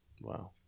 Wow